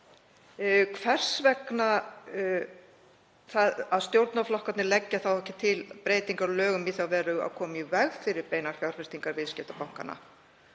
hvers vegna leggja stjórnarflokkarnir ekki til breytingu á lögum í þá veru að koma í veg fyrir beinar fjárfestingar viðskiptabankanna,